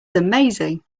amazing